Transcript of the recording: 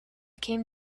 came